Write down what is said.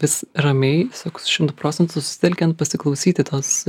vis ramiai saks šimtu procentų susitelkiant pasiklausyti tos